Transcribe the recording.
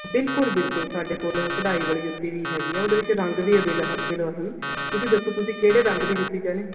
ਬਿਲਕੁਲ ਬਿਲਕੁਲ ਸਾਡੇ ਕੋਲ ਕਢਾਈ ਵਾਲੀ ਜੁੱਤੀ ਵੀ ਹੈਗੀ ਆ ਉਹਦੇ ਵਿੱਚ ਰੰਗ ਵੀ ਅਵੇਲਵਲ ਹਨ ਤੁਸੀਂ ਦੱਸੋ ਤੁਸੀਂ ਕਿਹੜੇ ਰੰਗ ਦੀ ਜੁੱਤੀ ਚਾਹੁੰਦੇ